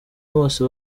bose